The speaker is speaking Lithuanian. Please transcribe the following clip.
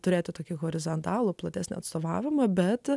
turėtų tokį horizontalų platesnio atstovavimo bet